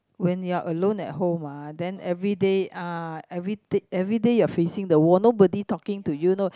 when you're alone at home ah then everyday ah everyday everyday you're facing the wall nobody talking to you know